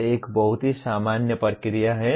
यह एक बहुत ही सामान्य प्रक्रिया है